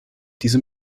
diesem